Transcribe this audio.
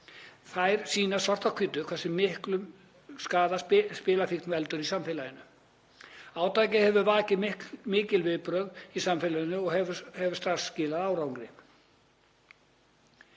Þær sýna svart á hvítu hversu miklum skaða spilafíkn veldur samfélaginu. Átakið hefur vakið mikil viðbrögð í samfélaginu og hefur strax skilað árangri.